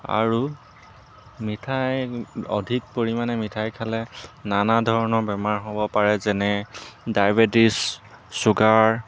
আৰু মিঠাই অধিক পৰিমাণে মিঠাই খালে নানা ধৰণৰ বেমাৰ হ'ব পাৰে যেনে ডায়েবেটিছ ছুগাৰ